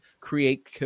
Create